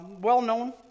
well-known